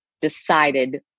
decided